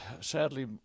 sadly